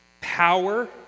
power